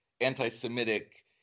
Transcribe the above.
anti-Semitic